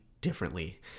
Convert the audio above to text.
differently